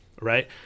right